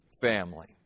family